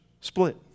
split